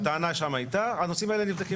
הטענה שם הייתה שהנושאים האלה נבדקים